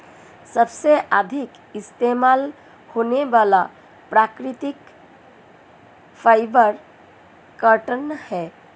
सबसे अधिक इस्तेमाल होने वाला प्राकृतिक फ़ाइबर कॉटन है